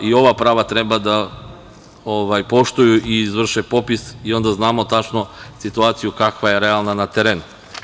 I ova prava treba da poštuju i izvrše popis i onda znamo tačno situaciju kakva je realna na terenu.